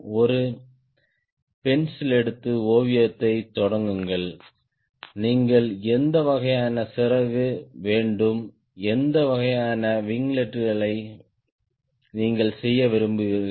ஒரு பென்சில் எடுத்து ஓவியத்தைத் தொடங்குங்கள் நீங்கள் எந்த வகையான சிறகு வேண்டும் எந்த வகையான விங்லெட்களை நீங்கள் செய்ய விரும்புகிறீர்கள்